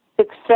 success